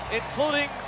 including